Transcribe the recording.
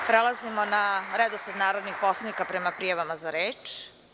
Prelazimo na redosled narodnih poslanika prema prijavama za reč.